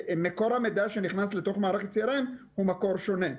מקור המידע שנכנס לתוך מערכת CRM הוא מקור שונה.